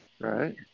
Right